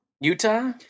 Utah